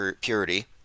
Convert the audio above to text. purity